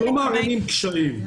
אנחנו לא מערימים קשיים.